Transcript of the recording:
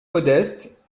modeste